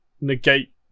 negate